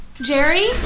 Jerry